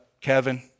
Kevin